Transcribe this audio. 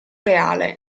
reale